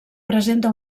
presenta